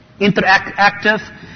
interactive